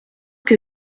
que